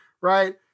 Right